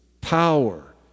Power